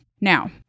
Now